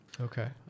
Okay